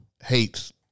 hates